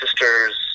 sister's